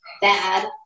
bad